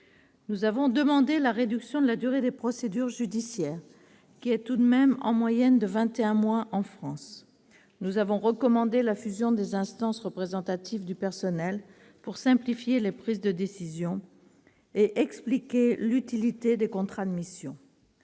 Nous avons demandé la réduction de la durée des procédures judiciaires, qui est tout de même, en moyenne, de vingt et un mois en France ! Nous avons recommandé la fusion des instances représentatives du personnel, pour simplifier les prises de décision, et expliqué l'utilité des contrats de mission.